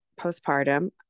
postpartum